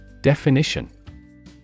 Definition